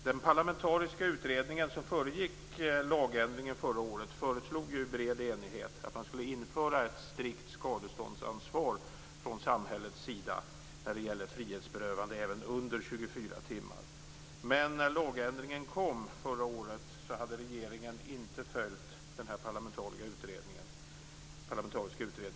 Den parlamentariska utredning som föregick lagändringen förra året föreslog i bred enighet att ett strikt skadeståndsansvar skall införas från samhällets sida när det gäller frihetsberövande, även under 24 timmar. Men när lagändringen kom förra året hade regeringen inte följt den parlamentariska utredningen.